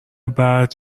بعد